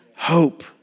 Hope